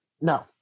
No